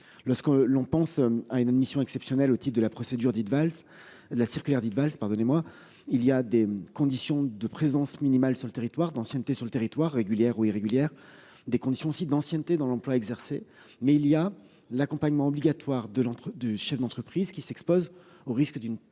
Lorsque l'on pense à une admission exceptionnelle au type de la procédure dite Valls la circulaire dite Valls pardonnez-moi il y a des conditions de présence minimale sur le territoire d'ancienneté sur le territoire régulière ou irrégulière des conditions aussi d'ancienneté dans l'emploi exercé mais il y a l'accompagnement obligatoire de l'entrée du chef d'entreprise qui s'expose au risque d'une du paiement